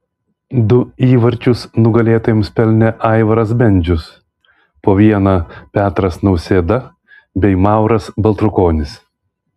du įvarčius nugalėtojams pelnė aivaras bendžius po vieną petras nausėda bei mauras baltrukonis